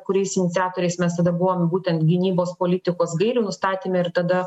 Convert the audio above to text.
kuriais iniciatoriais mes tada buvom būtent gynybos politikos gairių nustatyme ir tada